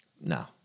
No